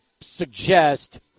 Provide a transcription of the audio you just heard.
suggest